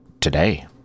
Today